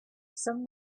some